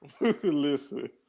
Listen